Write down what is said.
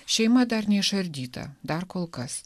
šeima dar neišardyta dar kol kas